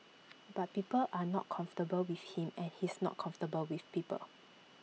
but people are not comfortable with him and he's not comfortable with people